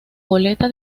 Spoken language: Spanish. goleta